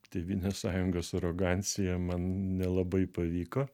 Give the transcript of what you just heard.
tėvynės sąjungos arogancija man nelabai pavyko